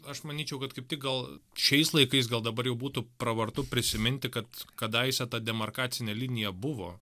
aš manyčiau kad kaip tik gal šiais laikais gal dabar jau būtų pravartu prisiminti kad kadaise ta demarkacinė linija buvo